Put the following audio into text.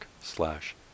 slash